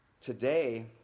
Today